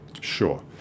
Sure